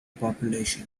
population